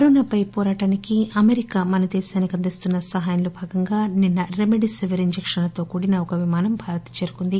కరోనాపై పోరాటానికి అమెరికా మన దేశానికి అందిస్తున్న సహాయంలో భాగంగా నిన్న రెమిడెసివర్ ఇంజెక్షన్లతో కూడిన ఒక విమానం భారత్ చేరుకుంది